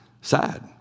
Sad